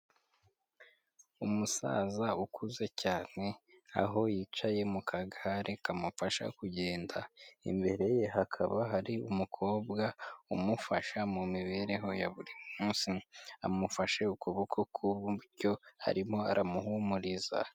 Umusaza ukuze cyane, aho yicaye mu kagare kamufasha kugenda, imbere ye hakaba hari umukobwa umufasha mu mibereho ya buri munsi, amufashe ukuboko k’uburyo arimo aramuhumuriza.